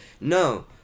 No